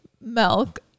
milk